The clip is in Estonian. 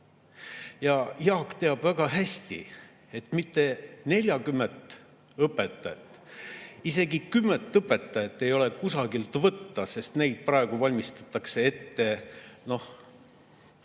Ja Jaak teab väga hästi, et mitte 40 õpetajat, isegi kümmet õpetajat ei ole kusagilt võtta, sest neid praegu valmistatakse ette, noh,